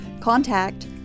contact